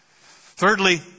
thirdly